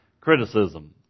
criticism